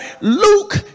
Luke